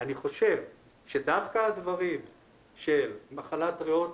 אני חושב שדווקא מחלת ריאות